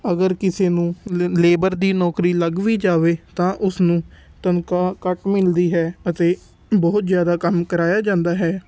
ਅਗਰ ਕਿਸੇ ਨੂੰ ਲ ਲੇਬਰ ਦੀ ਨੌਕਰੀ ਲੱਗ ਵੀ ਜਾਵੇ ਤਾਂ ਉਸਨੂੰ ਤਨਖਾਹ ਘੱਟ ਮਿਲਦੀ ਹੈ ਅਤੇ ਬਹੁਤ ਜ਼ਿਆਦਾ ਕੰਮ ਕਰਾਵਾਇਆ ਜਾਂਦਾ ਹੈ